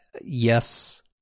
Yes